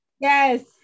Yes